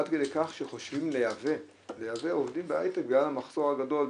עד כדי כך שחושבים לייבא עובדים בהייטק בגלל המחסור הגדול,